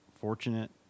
fortunate